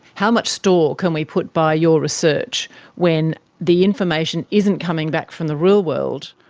how much store can we put by your research when the information isn't coming back from the real world?